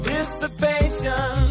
Dissipation